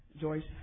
Joyce